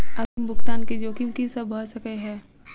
अग्रिम भुगतान केँ जोखिम की सब भऽ सकै हय?